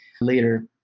later